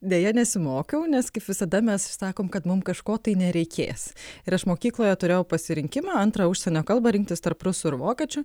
deja nesimokiau nes kaip visada mes sakom kad mum kažko tai nereikės ir aš mokykloje turėjau pasirinkimą antrą užsienio kalbą rinktis tarp rusų ir vokiečių